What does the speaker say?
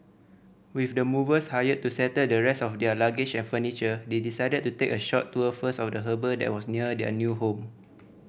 with the movers hired to settle the rest of their luggage and furniture they decided to take a short tour first of the harbour that was near their new home